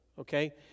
Okay